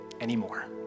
anymore